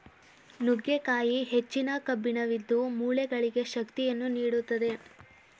ನುಗ್ಗೆಕಾಯಿ ಹೆಚ್ಚಿನ ಕಬ್ಬಿಣವಿದ್ದು, ಮೂಳೆಗಳಿಗೆ ಶಕ್ತಿಯನ್ನು ನೀಡುತ್ತದೆ